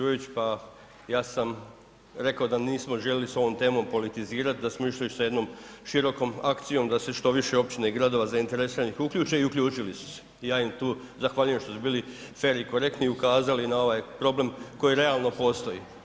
Kolega Đujić, pa ja sam rekao da nismo željeli sa ovom temom politizirati, da smo išli sa jednom širokom akcijom da se što više općina i gradova zainteresiranih uključe i uključili su se i ja im tu zahvaljujem što su bili fer i korektni i ukazali na ovaj problem koji realno postoji.